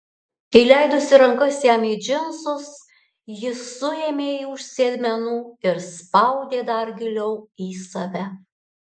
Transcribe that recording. įleidusi rankas jam į džinsus ji suėmė jį už sėdmenų ir spaudė dar giliau į save